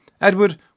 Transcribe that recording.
Edward